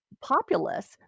populace